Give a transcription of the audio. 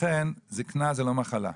לכן זקנה זאת לא מחלה.